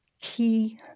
key